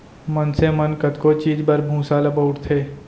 मनसे मन कतको चीज बर भूसा ल बउरथे